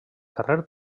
carrer